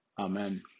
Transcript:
Amen